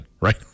right